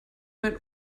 mein